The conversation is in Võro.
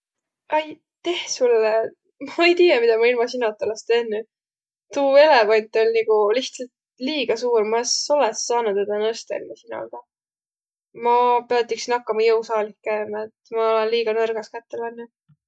Aiteh sulle. Ma ei tiiäq, midä ma ilma sinota olõs tennüq. Tuu elevant oll' nigu lihtsält liiga suur, ma es olõs saanuq tedä nõstaq ilma sinolda. Ma piät iks nakkama jõusaalih käümä. Ma olõ liiga nõrgas kätte lännüq.